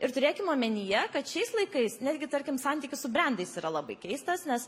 ir turėkim omenyje kad šiais laikais netgi tarkim santykis su brendais yra labai keistas nes